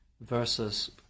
versus